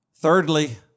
Thirdly